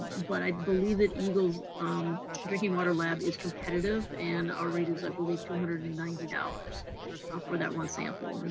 but i believe that egles drinking water lab is competitive, and our rate is, i believe, two hundred and ninety dollars for that one sample, and